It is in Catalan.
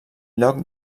lloc